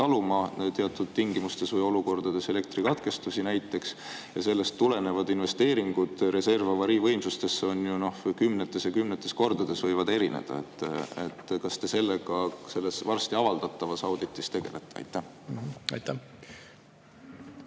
taluma teatud tingimustes või olukordades elektrikatkestusi. Sellest tulenevalt investeeringud reserv-, avariivõimsustesse võivad kümnetes ja kümnetes kordades erineda. Kas te sellega varsti avaldatavas auditis tegelete? Aitäh!